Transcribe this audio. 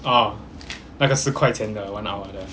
ah 那个十块钱的 one hour